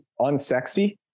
unsexy